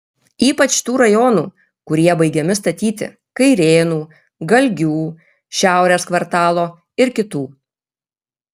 ypač tų rajonų kurie baigiami statyti kairėnų galgių šiaurės kvartalo ir kitų